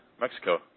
Mexico